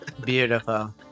Beautiful